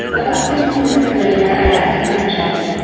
about fifteen minutes later, i asked for my check.